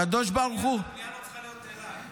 הקב"ה, הפנייה לא צריכה להיות אליי.